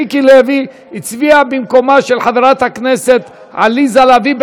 מיקי לוי הצביע במקומה של חברת הכנסת עליזה לביא,